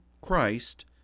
Christ